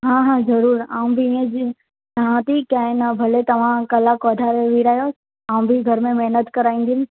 हा हा ज़रूरु आउं बि इअं चवां थी की आहे न भले तव्हां कलाक वधारे विहारियोसि आउं बि घर में महिनत कराईंदमि